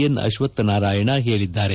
N Ashwath Narayana ಹೇಳಿದ್ದಾರೆ